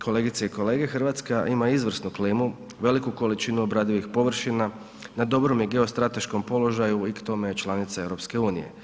Kolegice i kolege Hrvatska ima izvrsnu klimu, veliku količinu obradivih površina, na dobrom je geostrateškom položaju i k tome je članica EU.